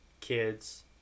kids